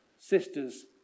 sisters